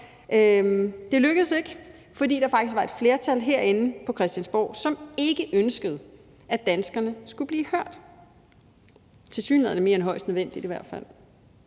Det lykkedes ikke, fordi der faktisk var et flertal herinde på Christiansborg, som ikke ønskede, at danskerne skulle blive hørt, i hvert fald tilsyneladende ikke mere end højst nødvendigt. Og det